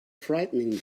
frightening